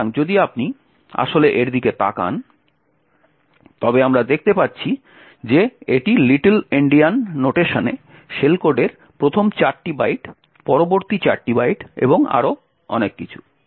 সুতরাং যদি আপনি আসলে এর দিকে তাকান তবে আমরা দেখতে পাচ্ছি যে এটি লিটল এন্ডিয়ান নোটেশনে শেল কোডের প্রথম চারটি বাইট পরবর্তী চারটি বাইট এবং আরও অনেক কিছু